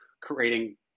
creating